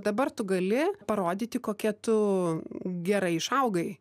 dabar tu gali parodyti kokia tu gerai išaugai